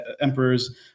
emperors